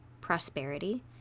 prosperity